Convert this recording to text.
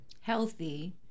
healthy